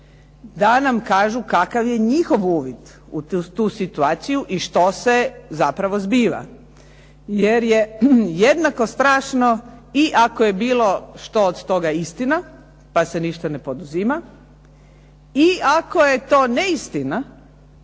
da nam kažu kakav je njihov uvid u tu situaciju i što se zapravo zbiva. Jer je jednako strašno i ako je bilo što od toga istina, pa se ništa ne poduzima, i ako je to neistina